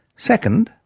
second,